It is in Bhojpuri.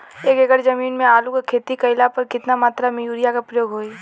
एक एकड़ जमीन में आलू क खेती कइला पर कितना मात्रा में यूरिया क प्रयोग होई?